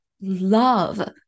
love